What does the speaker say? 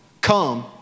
Come